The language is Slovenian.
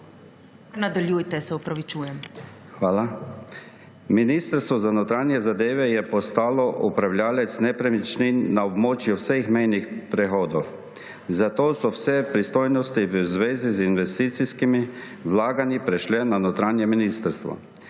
Hvala. Ministrstvo za notranje zadeve je postalo upravljavec nepremičnin na območju vseh mejnih prehodov, zato so vse pristojnosti v zvezi z investicijskimi vlaganji prešle na notranje ministrstvo,